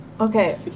okay